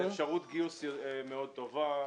זו אפשרות גיוס מאוד טובה,